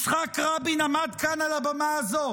יצחק רבין עמד כאן על הבמה הזו